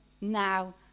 now